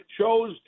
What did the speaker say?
chose